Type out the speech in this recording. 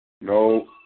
No